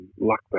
luck